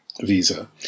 visa